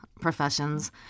professions